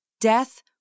death